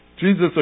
Jesus